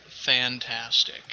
fantastic